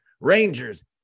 Rangers